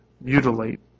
mutilate